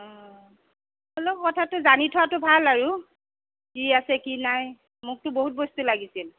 অ অলপ কথাটো জানি থোৱাটো ভাল আৰু কি আছে কি নাই মোকতো বহুত বস্তু লাগিছিল